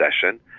session